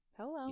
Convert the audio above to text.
Hello